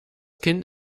kind